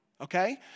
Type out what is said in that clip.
Okay